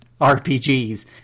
RPGs